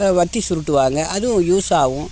வத்தி சுருட்டுவாங்க அதுவும் யூஸ் ஆகும்